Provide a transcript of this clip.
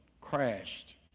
crashed